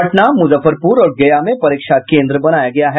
पटना मुजफ्फरपुर और गया में परीक्षा केंद्र बनाया गया है